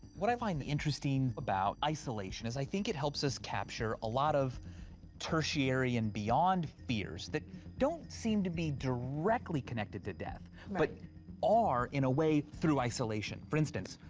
what i find interesting about isolation is, i think it helps us capture a lot of tertiary-and-beyond fears that don't seem to be directly connected to death, but are, in a way, through isolation. for instance,